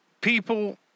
people